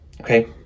Okay